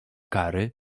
kary